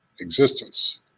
existence